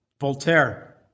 Voltaire